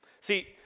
See